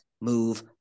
move